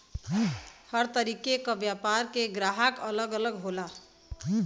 हर तरीके क व्यापार के ग्राहक अलग अलग होला